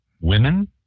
women